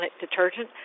detergent